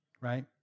right